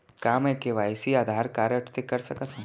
का मैं KYC Aadhaar card से कर सकत हो?